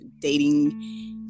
dating